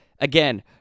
Again